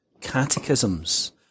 catechisms